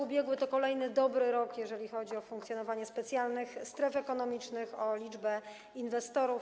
Ubiegły rok to kolejny dobry rok, jeżeli chodzi o funkcjonowanie specjalnych stref ekonomicznych, o liczbę inwestorów.